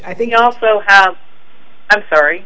i think also i'm sorry